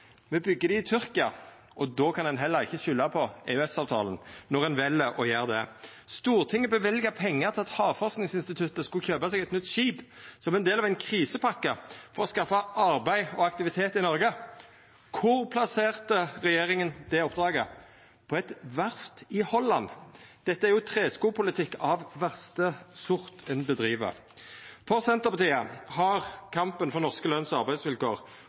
me byggjer dei i Tyrkia. Når ein vel å gjera det, kan ein heller ikkje skulda på EØS-avtalen. Som ein del av ei krisepakke løyvde Stortinget pengar til at Havforskingsinstituttet skulle kjøpa eit nytt skip og skaffa arbeid og aktivitet i Noreg. Kvar plasserte regjeringa det oppdraget? På eit verft i Holland. Det er jo treskopolitikk av verste sort ein driv med. For Senterpartiet har kampen for norske løns- og arbeidsvilkår